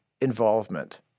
involvement